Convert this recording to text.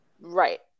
Right